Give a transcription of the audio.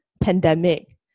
pandemic